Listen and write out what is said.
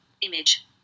image